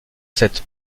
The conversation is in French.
cette